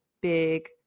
big